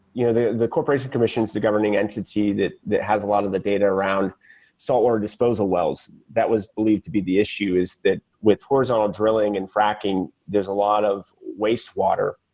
you know the the corporation commission is the governing entity that that has a lot of the data around solar disposal wells. that was believed to be the issue is that with horizontal drilling and fracking, there's a lot of wastewater,